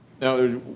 now